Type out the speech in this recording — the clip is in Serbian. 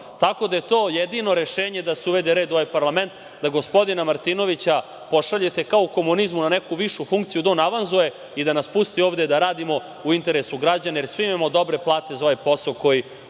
Tako da je to jedino rešenje da se uvede red u ovoj parlament, da gospodina Martinovića pošaljete kao u komunizmu na neku višu funkciju, da on avanzuje i da nas pusti ovde da radimo u interesu građana jer svi imamo dobre plate za ovaj posao koji